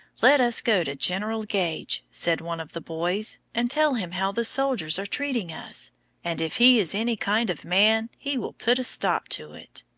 let us go to general gage, said one of the boys, and tell him how the soldiers are treating us and if he is any kind of man, he will put a stop to it.